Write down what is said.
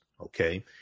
okay